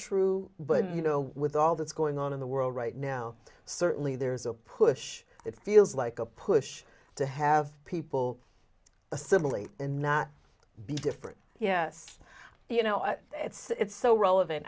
true but you know with all that's going on in the world right now certainly there's a push it feels like a push to have people assimilate in not be different yes you know it's so relevant